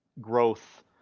growth